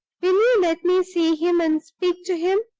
will you let me see him, and speak to him,